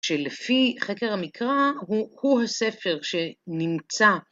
שלפי חקר המקרא הוא הספר שנמצא.